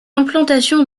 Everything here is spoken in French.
implantation